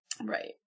Right